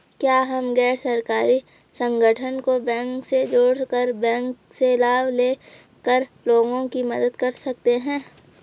क्या हम गैर सरकारी संगठन को बैंक से जोड़ कर बैंक से लाभ ले कर लोगों की मदद कर सकते हैं?